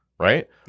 right